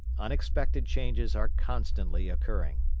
unexpected changes are constantly occurring.